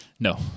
No